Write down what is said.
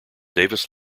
davis